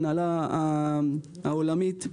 ההנהלה העולמית,